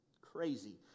crazy